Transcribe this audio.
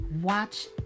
watch